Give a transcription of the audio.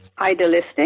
idealistic